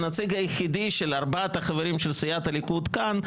הנציג היחידי של ארבעת החברים של סיעת הליכוד כאן.